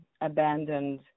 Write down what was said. abandoned